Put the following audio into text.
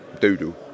doodle